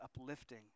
uplifting